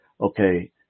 Okay